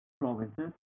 provinces